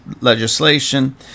legislation